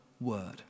word